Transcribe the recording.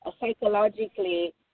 psychologically